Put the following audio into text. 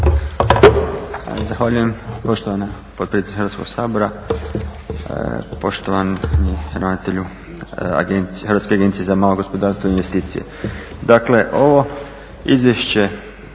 Zahvaljujem poštovana potpredsjednice Hrvatskog sabora. Poštovani ravnatelju Hrvatske agencije za malo gospodarstvo i investicije. Dakle ovo izvješće